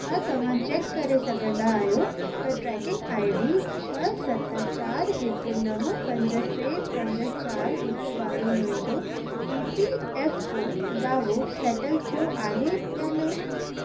छा तव्हां चेक करे सघंदा आयो त ट्रैकिंग आई डी छह सत चारि हिकु नव पंज टे पंज चारि हिकु वारो मुंहिंजो ई पी एफ ओ दावो सेटल थियो आहे या न